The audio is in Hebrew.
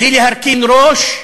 בלי להרכין ראש,